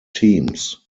teams